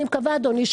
אני מקווה אדוני,